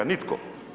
Nitko.